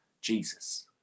Jesus